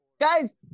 Guys